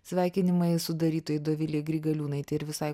sveikinimai sudarytojai dovilei grigaliūnaitei ir visai